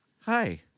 Hi